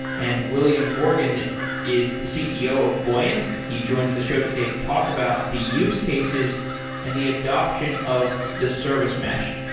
and william morgan is the ceo of buoyant. he joins the show today to talk about the use cases and the adaption of the service mesh.